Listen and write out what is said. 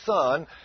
Son